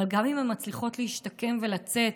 גם אם הן מצליחות להשתקם ולצאת,